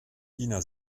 ina